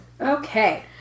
Okay